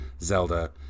Zelda